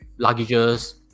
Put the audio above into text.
luggages